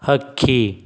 ಹಕ್ಕಿ